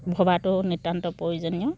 ভবাটো নিতান্ত প্ৰয়োজনীয়